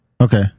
Okay